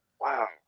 Wow